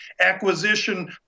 acquisition